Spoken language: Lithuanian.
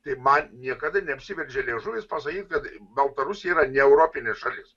tai man niekada neapsiverčia liežuvis pasakyti kad baltarusija yra neeuropinė šalis